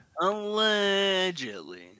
Allegedly